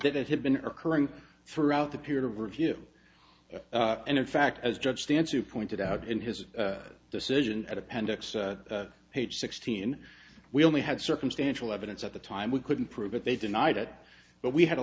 it it had been occurring throughout the period of review and in fact as judge stance you pointed out in his decision at appendix page sixteen we only had circumstantial evidence at the time we couldn't prove that they denied it but we had a